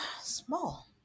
small